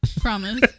Promise